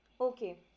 okay